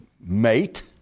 mate